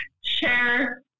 share